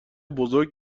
بزرگ